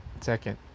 Second